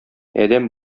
адәм